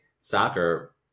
soccer